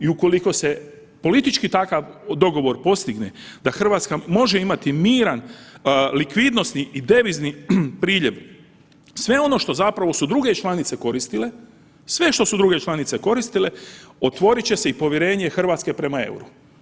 I ukoliko se politički takav dogovor postigne da RH može imati miran likvidnosni i devizni priljev, sve ono što zapravo su druge članice koristile, sve što su druge članice koristile, otvorit će se i povjerenje RH prema EUR-u.